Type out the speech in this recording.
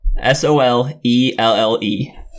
S-O-L-E-L-L-E